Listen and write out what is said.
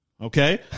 Okay